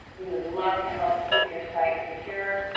we would love to help keep your site secure,